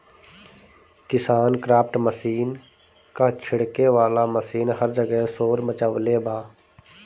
KisanKraft machine क छिड़के वाला मशीन हर जगह शोर मचवले बा